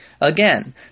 Again